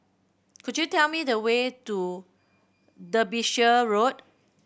could you tell me the way to Derbyshire Road